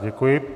Děkuji.